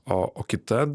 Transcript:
o o kita